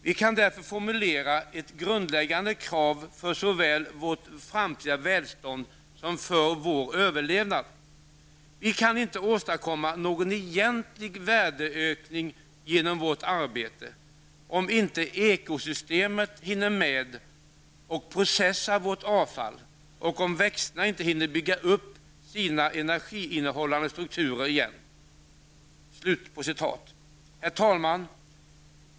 Vi kan därför formulera ett grundläggande krav för såväl vårt framtida välstånd som vår överlevnad: Vi kan inte åstadkomma någon egentlig värdeökning genom vårt arbete, om inte ekosystemen hinner med och processa vårt avfall och om växterna inte hinner bygga upp sina energiinnehållande strukturer igen.'' Herr talman!